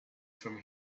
from